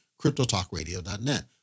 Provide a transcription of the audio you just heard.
CryptoTalkRadio.net